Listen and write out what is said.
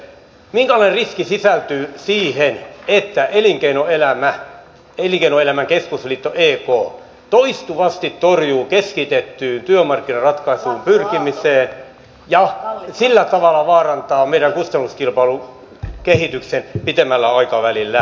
minkälainen riski sisältyy siihen että elinkeinoelämän keskusliitto ek toistuvasti torjuu keskitettyyn työmarkkinaratkaisuun pyrkimisen ja sillä tavalla vaarantaa meidän kustannuskilpailukykykehityksemme pitemmällä aikavälillä